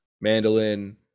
mandolin